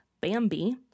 Bambi